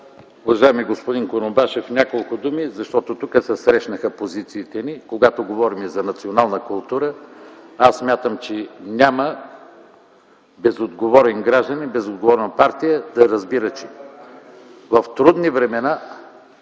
Уважаеми господин Курумбашев, няколко думи, защото тук се срещнаха позициите ни, когато говорим за национална култура, аз смятам, че няма безотговорен гражданин, безотговорна партия, да разбира, че в трудни времена